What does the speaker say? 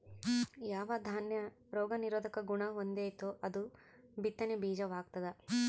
ಯಾವ ದಾನ್ಯ ರೋಗ ನಿರೋಧಕ ಗುಣಹೊಂದೆತೋ ಅದು ಬಿತ್ತನೆ ಬೀಜ ವಾಗ್ತದ